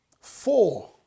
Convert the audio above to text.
four